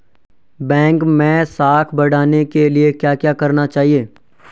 Bank मैं साख बढ़ाने के लिए क्या क्या करना चाहिए?